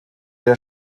der